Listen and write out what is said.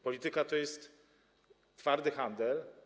Polityka to jest twardy handel.